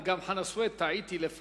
וגם חנא סוייד לפניך.